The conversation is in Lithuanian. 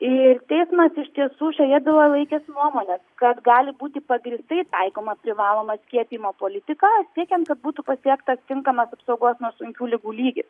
ir teismas iš tiesų šioje byloje laikėsi nuomonės kad gali būti pagrįstai taikoma privaloma skiepijimo politika siekiant kad būtų pasiektas tinkamas apsaugos nuo sunkių ligų lygis